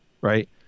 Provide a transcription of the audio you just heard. Right